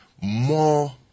more